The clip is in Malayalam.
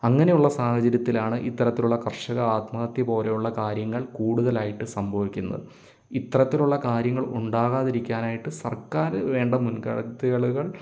അങ്ങനെയുള്ള സാഹചര്യത്തിലാണ് ഇത്തരത്തിലുള്ള കർഷക ആത്മഹത്യ പോലെയുള്ള കാര്യങ്ങൾ കൂടുതലായിട്ട് സംഭവിക്കുന്നത് ഇത്തരത്തിലുള്ള കാര്യങ്ങൾ ഉണ്ടാകാതിരിക്കാനായിട്ട് സർക്കാർ വേണ്ട മുൻകരുതലുകൾ